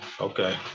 Okay